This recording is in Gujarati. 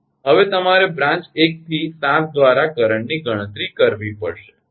હવે તમારે બ્રાંચ 1 થી 7 દ્વારા કરંટની ગણતરી કરવી પડશે